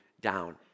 down